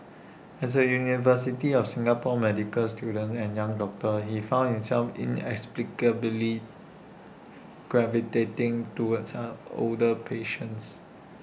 as A university of Singapore medical student and young doctor he found himself inexplicably gravitating towards older patients